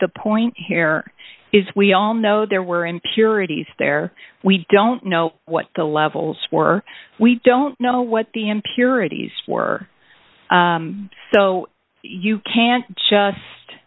the point here is we all know there were impurities there we don't know what the levels were we don't know what the impurities were so you can't just